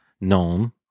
known